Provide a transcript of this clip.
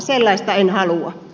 sellaista en halua